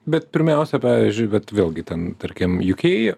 bet pirmiausia pavyzdžiui bet vėlgi ten tarkim jukei